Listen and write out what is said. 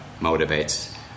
motivates